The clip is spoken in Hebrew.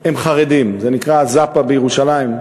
הם חרדים, זה נקרא "זאפה בירושלים",